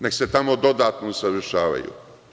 Neka se tamo dodatno usavršavaju.